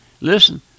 listen